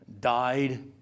died